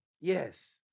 Yes